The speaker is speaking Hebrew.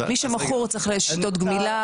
מי שמכור צריך לעבור גמילה.